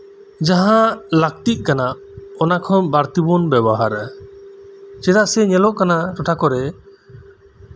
ᱡᱟᱦᱟᱸ ᱞᱟᱹᱠᱛᱤᱜ ᱠᱟᱱᱟ ᱚᱱᱟ ᱠᱷᱚᱱ ᱵᱟᱲᱛᱤ ᱵᱚᱱ ᱵᱮᱵᱚᱦᱟᱨᱟ ᱪᱮᱫᱟᱜ ᱥᱮ ᱧᱮᱞᱚᱜ ᱠᱟᱱᱟ ᱴᱚᱴᱷᱟ ᱠᱚᱨᱮ